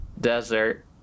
desert